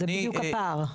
זה בדיוק הפער.